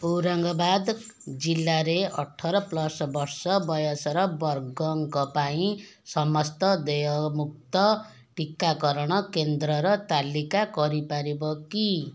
ଔରାଙ୍ଗବାଦ ଜିଲ୍ଲାରେ ଅଠର ପ୍ଲସ୍ ବର୍ଷ ବୟସର ବର୍ଗଙ୍କ ପାଇଁ ସମସ୍ତ ଦେୟମୁକ୍ତ ଟିକାକରଣ କେନ୍ଦ୍ରର ତାଲିକା କରିପାରିବ କି